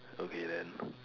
okay then